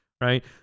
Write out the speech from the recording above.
right